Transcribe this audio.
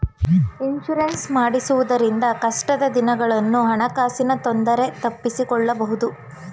insurance ಮಾಡಿಸುವುದರಿಂದ ಕಷ್ಟದ ದಿನಗಳನ್ನು ಹಣಕಾಸಿನ ತೊಂದರೆ ತಪ್ಪಿಸಿಕೊಳ್ಳಬಹುದು